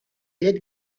llet